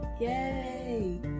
Yay